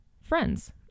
friends